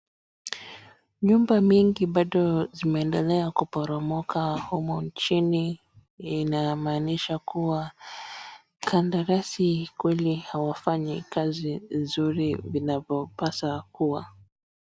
Nyumba mingi bado zimeendelea kuporomoka humu nchini inamaanisha kuwa kandarasi kweli hawafanyi kazi nzuri vinavyopasa kuwa.